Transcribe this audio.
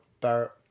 Barrett